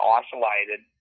isolated